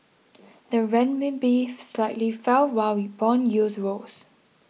the Renminbi slightly fell while bond yields rose